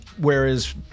Whereas